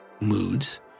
moods